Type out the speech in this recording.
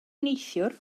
neithiwr